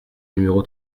numéro